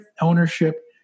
ownership